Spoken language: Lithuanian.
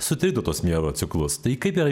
sutrikdo tos miego ciklus tai kaip yra